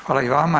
Hvala i vama.